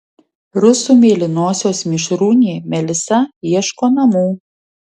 rusų mėlynosios mišrūnė melisa ieško namų